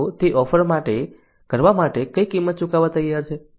તેઓ તે ઓફર કરવા માટે કઈ કિંમત ચૂકવવા તૈયાર છે